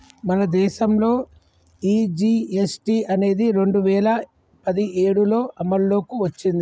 మన దేసంలో ఈ జీ.ఎస్.టి అనేది రెండు వేల పదిఏడులో అమల్లోకి ఓచ్చింది